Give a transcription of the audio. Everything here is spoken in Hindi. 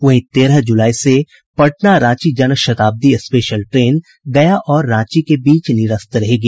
वहीं तेरह जुलाई से पटना रांची जनशताब्दी स्पेशल ट्रेन गया और रांची के बीच निरस्त रहेगी